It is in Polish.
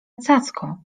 cacko